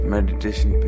Meditation